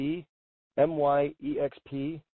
MYEXP